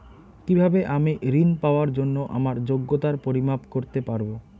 কিভাবে আমি ঋন পাওয়ার জন্য আমার যোগ্যতার পরিমাপ করতে পারব?